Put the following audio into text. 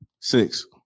six